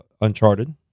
uncharted